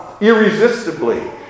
Irresistibly